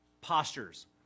postures